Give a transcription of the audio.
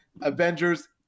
Avengers